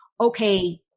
Okay